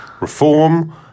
reform